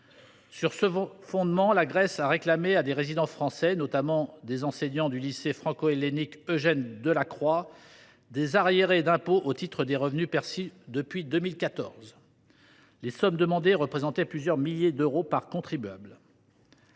Sur ce fondement, la Grèce a réclamé à des résidents français, notamment des enseignants du lycée franco hellénique Eugène Delacroix, des arriérés d’impôt au titre des revenus perçus depuis 2014. Les sommes demandées représentaient plusieurs milliers d’euros par contribuable.